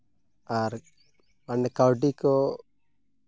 ᱟᱨ ᱚᱱᱮ ᱠᱟᱹᱣᱰᱤ ᱠᱚ